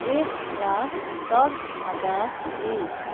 एक लाख दस हजार बिस